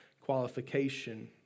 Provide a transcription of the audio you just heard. qualification